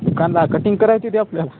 दुकानला cutting करायचीकी आपल्याला